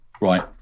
Right